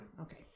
Okay